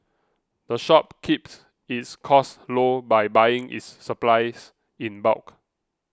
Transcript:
the shop keeps its costs low by buying its supplies in bulk